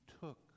took